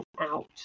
out